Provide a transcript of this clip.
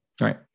Right